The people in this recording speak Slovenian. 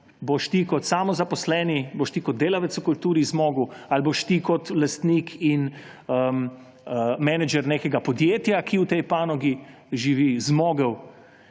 boš ti kot samozaposleni, boš ti kot delavec v kulturi zmogel, ali boš ti kot lastnik in menedžer nekega podjetja, ki v tej panogi živi, zmogel?